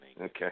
Okay